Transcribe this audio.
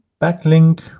backlink